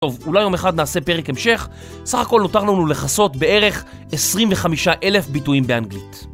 טוב, אולי יום אחד נעשה פרק המשך? סך הכל נותר לנו לכסות בערך 25 אלף ביטויים באנגלית.